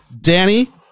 danny